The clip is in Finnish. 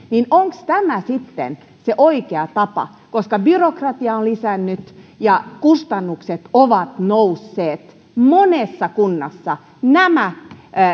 niin onko tämä sitten oikea tapa koska byrokratia on lisääntynyt ja kustannukset ovat nousseet monessa kunnassa nämä